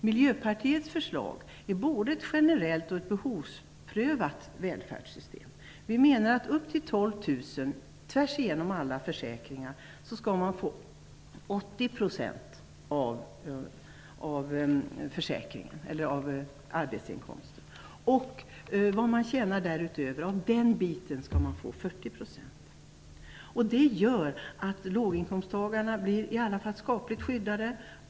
Miljöpartiets förslag är ett både generellt och behovsprövat välfärdssystem. Vi menar att man vid upp till 12 000 kr inkomst per månad tvärs igenom alla försäkringar skall få 80 % av arbetsinkomsten. Av det som man tjänar därutöver skall man få 40 %. Det gör att låginkomsttagarna blir i varje fall hyggligt skyddade.